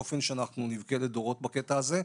באופן שאנחנו נבכה לדורות בקטע הזה,